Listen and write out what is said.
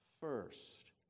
first